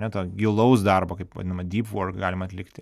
ane to gilaus darbo kaip vadinama dyp vork galima atlikti